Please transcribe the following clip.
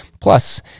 plus